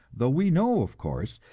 though we know, of course,